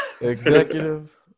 executive